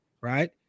right